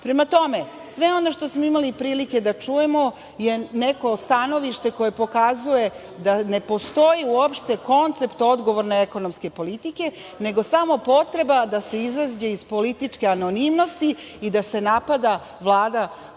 tome, sve ono što smo imali prilike da čujemo je neko stanovište koje pokazuje da ne postoji uopšte koncept odgovorne ekonomske politike, nego samo potreba da se izađe iz političke anonimnosti i da se napada Vlada koja